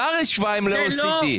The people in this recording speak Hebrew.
השר השווה ל-OECD.